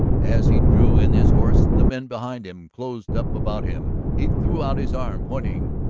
as he drew in his horse the men behind him closed up about him. he threw out his arm, pointing.